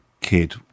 kid